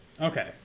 Okay